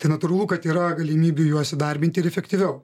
tai natūralu kad yra galimybių juos įdarbinti ir efektyviau